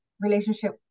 relationship